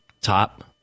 top